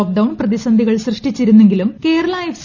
lockdown പ്രതിസന്ധികൾ സൃഷ്ടിച്ചിരുന്നെങ്കിലും Kerala F